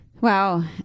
wow